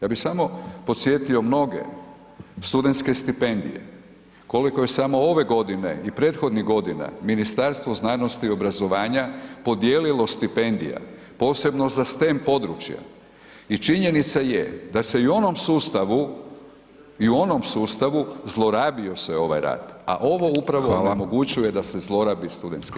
Ja bi samo podsjetio mnoge, studentske stipendije, koliko je samo ove godine i prethodnih godina Ministarstvo znanosti i obrazovanja podijelilo stipendija posebno za stam područja i činjenica je da se i u onom sustavu zlorabio se ovaj tad a ovo upravo omogućuje da se zlorabi studentski rad.